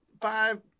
five